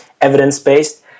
evidence-based